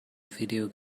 video